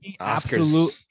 Oscars